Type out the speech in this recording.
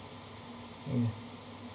ya